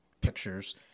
pictures